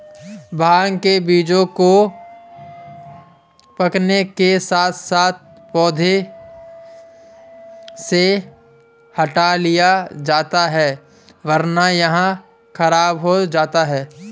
भांग के बीजों को पकने के साथ साथ पौधों से हटा लिया जाता है वरना यह खराब हो जाता है